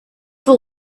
for